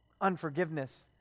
unforgiveness